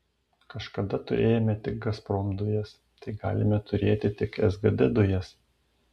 kažkada turėjome tik gazprom dujas tai galime turėti tik sgd dujas